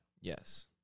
Yes